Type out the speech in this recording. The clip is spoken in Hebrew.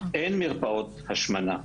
אין בארץ מרפאות השמנה.